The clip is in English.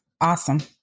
awesome